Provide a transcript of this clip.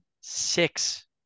six